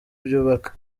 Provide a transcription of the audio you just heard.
byubaka